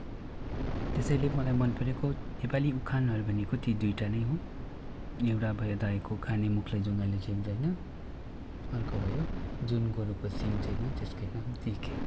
त्यसैले मलाई मन परेको नेपाली उखानहरू भनेको ती दुइटा नै हो एउटा भयो तपाईँको खाने मुखलाई जुङ्गाले छेक्दैन अर्को भयो जुन गोरुको सिङ छैन त्यसकै नाम तिखे